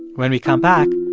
when we come back,